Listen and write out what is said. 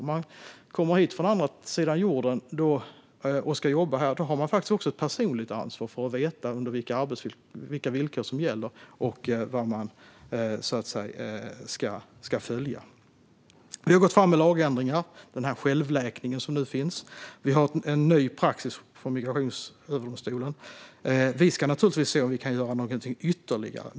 Om man kommer hit från andra sidan jorden och ska jobba här har man ett personligt ansvar att ta reda på vilka villkor som gäller och vilka regler man ska följa. Vi har gått fram med lagändringar, den självläkning som nu finns. Vi har en ny praxis från Migrationsöverdomstolen. Vi ska naturligtvis se om vi kan göra någonting ytterligare.